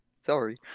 Sorry